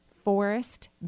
Forest